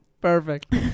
Perfect